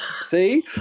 See